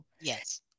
yes